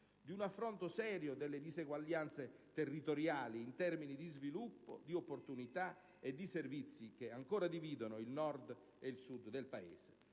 poi affrontate seriamente le disuguaglianze territoriali in termini di sviluppo, di opportunità e di servizi che ancora dividono il Nord e il Sud del Paese.